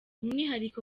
umwihariko